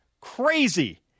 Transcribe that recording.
crazy